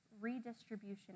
redistribution